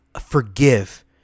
forgive